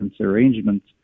Arrangements